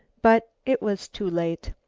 but it was too late.